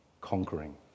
conquering